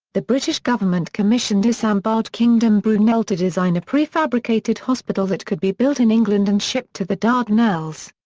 the british government commissioned isambard kingdom brunel to design a prefabricated hospital that could be built in england and shipped to the dardanelles.